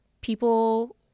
people